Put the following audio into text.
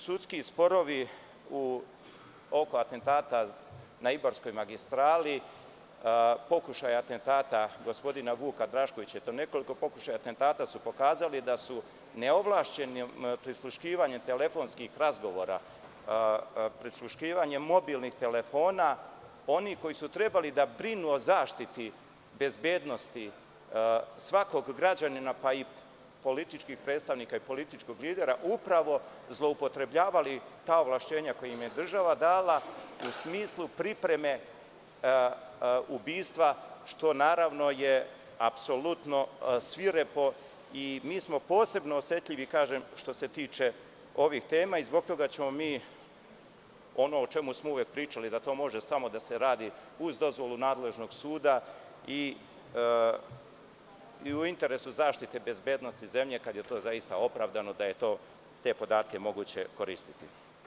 Sudski sporovi oko atentata na Ibarskoj magistrali, pokušaja atentata gospodina Vuka Draškovića su pokazali da su neovlašćenim prisluškivanjem telefonskih razgovora, prisluškivanjem mobilnih telefona oni koji su trebali da brinu o zaštiti i bezbednosti svakog građanina, pa i političkih predstavnika i političkog lidera, upravo zloupotrebljavali ta ovlašćenja koja im je dala država u smislu pripreme ubistva, što je apsolutno svirepo i mi smo posebno osetljivi što se tiče ovih tema i zbog toga ćemo ono o čemu smo uvek pričali da to može samo da se radi uz dozvolu nadležnog suda i u interesu zaštite bezbednosti zemlje, kada je to opravdano, da je te podatke moguće koristiti.